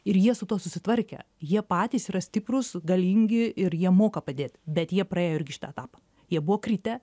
ir jie su tuo susitvarkę jie patys yra stiprūs galingi ir jie moka padėt bet jie praėjo irgi šitą etapą jie buvo kritę